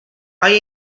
آیا